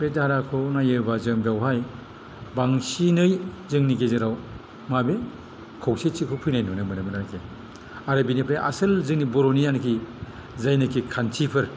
बे धाराखौ नायोबा जों बेवहाय बांसिनै जोंनि गेजेराव माबे खौसेथिखौ फैनाय नुनो मोनो मोन आरो कि आरो बिनिफ्राय आसोल जोंनि बर'नियाकि जायनाकि खान्थिफोर